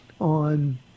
on